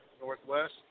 Northwest